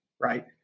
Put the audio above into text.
right